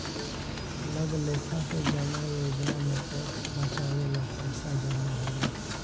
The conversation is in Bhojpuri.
अलग लेखा के जमा योजना में टैक्स बचावे ला पईसा जमा होला